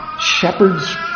Shepherds